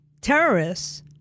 terrorists